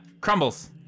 Crumbles